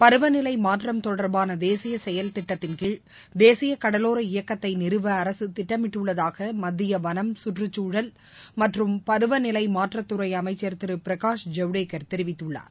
பருவநிலை மாற்றம் தொடர்பான தேசிய செயல் திட்டத்தின்கீழ் தேசிய கடலோர இயக்கத்தை நிறுவ அரசு திட்டமிட்டுள்ளதாக மத்திய வனம் சுற்றுச்சூழல் மற்றும் பருவநிலை மாற்றத்துறை அமைச்சர் திரு பிரகாஷ் ஜவடேகர் தெரிவித்துள்ளார்